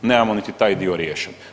Nemamo niti taj dio riješen.